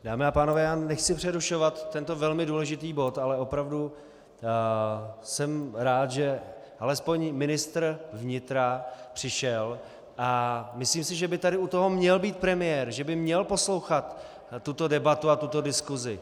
Dámy a pánové, nechci přerušovat tento velmi důležitý bod, ale opravdu jsem rád, že alespoň ministr vnitra přišel, a myslím si, že by tady u toho měl být premiér, že by měl poslouchat tuto debatu a tuto diskuzi.